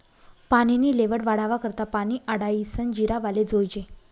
पानी नी लेव्हल वाढावा करता पानी आडायीसन जिरावाले जोयजे